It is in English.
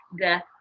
death